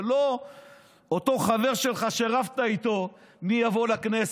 זה לא אותו חבר שלך, שרבת איתו מי יבוא לכנסת?